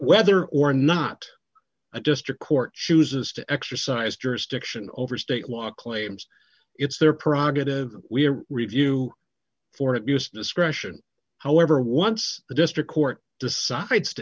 whether or not a district court chooses to exercise jurisdiction over state law claims it's their prerogative we're review for abuse discretion however once the district court decides to